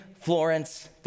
Florence